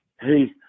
Hey